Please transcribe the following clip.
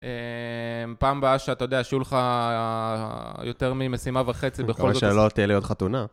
פעם באה ש... אתה יודע, שיהיו לך יותר ממשימה וחצי בכל זאת. מקווה שלא תהיה לי עוד חתונה.